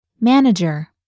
Manager